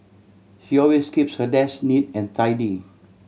she always keeps her desk neat and tidy